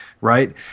right